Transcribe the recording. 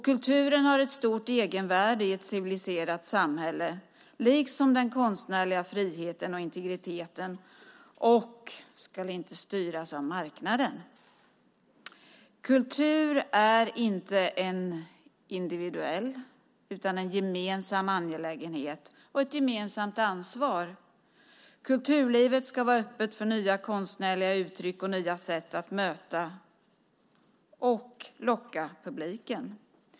Kulturen har ett stort egenvärde i ett civiliserat samhälle, liksom den konstnärliga friheten och integriteten, och ska inte styras av marknaden. Kultur är inte en individuell utan en gemensam angelägenhet och ett gemensamt ansvar. Kulturlivet ska vara öppet för nya konstnärliga uttryck och nya sätt att möta och locka publiken.